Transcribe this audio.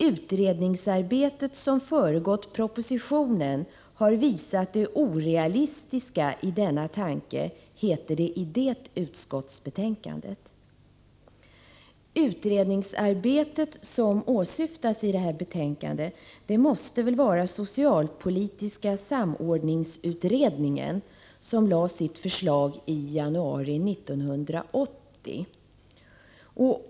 Utredningsarbetet som föregått propositionen har visat det orealistiska i denna tanke, heter det i det utskottsbetänkandet. Utredningsarbetet som åsyftas måste vara socialpolitiska samordningsutredningen som lade fram sitt förslag i januari 1980.